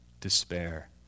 despair